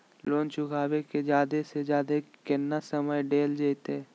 Loan चुकाबे के जादे से जादे केतना समय डेल जयते?